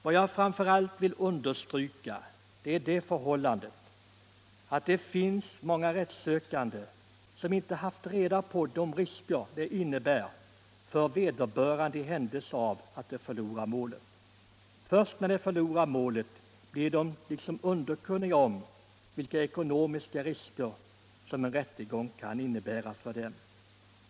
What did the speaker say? Vad jag framför allt vill understryka är det förhållandet att det finns många rättssökande som inte haft reda på de risker de löper i händelse av att de förlorar målet. Först när de förlorar målet blir de underkunniga om vilka ekonomiska risker som en rättegång kan innebära för dem.